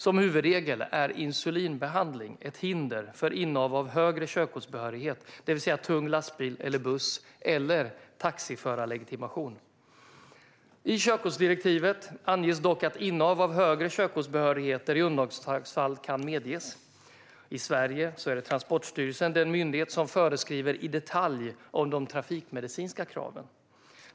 Som huvudregel är insulinbehandling ett hinder för innehav av högre körkortsbehörigheter - det vill säga för tung lastbil eller buss - eller taxiförarlegitimation. I körkortsdirektivet anges dock att innehav av högre körkortsbehörigheter i undantagsfall kan medges. I Sverige är Transportstyrelsen den myndighet som föreskriver i detalj om de trafikmedicinska kraven.